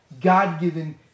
God-given